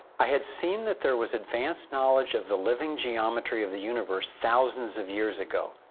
i had seen that there was advanced knowledge of the living geometry of the universe thousands of years ago,